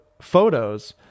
photos